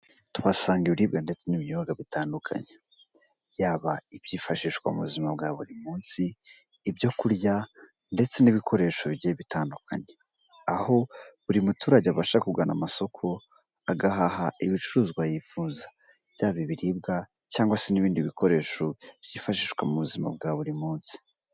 Tuhasanga ibiribwa ndetse n'ibinyobwa bitandukanye, yaba ibyifashishwa mu buzima bwa buri munsi, ibyo kurya ndetse n'ibikoresho bigiye bitandukanye, aho buri muturage abasha kugana amasoko agahaha ibicuruzwa yifuza, byaba ibiribwa cyangwa se n'ibindi bikoresho byifashishwa mu buzima bwa buri munsi.